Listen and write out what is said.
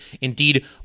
indeed